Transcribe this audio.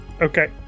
Okay